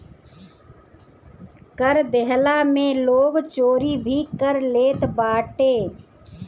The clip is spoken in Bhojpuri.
कर देहला में लोग चोरी भी कर लेत बाटे